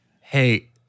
Hey